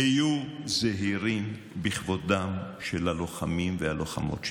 היו זהירים בכבודם של הלוחמים והלוחמות שלנו.